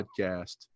podcast